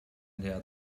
ndr